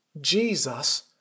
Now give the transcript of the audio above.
Jesus